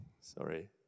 Sorry